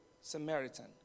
Samaritan